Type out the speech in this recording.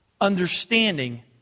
understanding